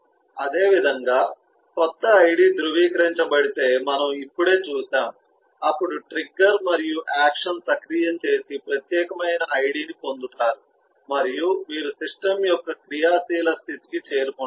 అదేవిధంగా క్రొత్త ఐడి ధృవీకరించబడితే మనం ఇప్పుడే చూశాము అప్పుడు ట్రిగ్గర్ మరియు యాక్షన్ సక్రియం చేసి ప్రత్యేకమైన ఐడిని పొందుతారు మరియు మీరు సిస్టమ్ యొక్క క్రియాశీల స్థితికి చేరుకుంటారు